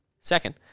Second